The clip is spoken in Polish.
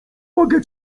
mogę